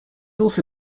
also